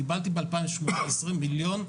קיבלתי ב-2018 1.206 מיליון.